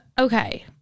okay